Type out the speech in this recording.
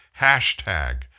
hashtag